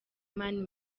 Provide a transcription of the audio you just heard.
mani